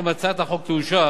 אם הצעת החוק תאושר,